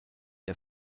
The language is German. der